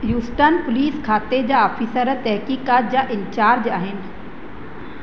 Houston police खाते जा officer तहक़ीक़ात जा इन्चार्ज आहिनि